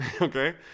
Okay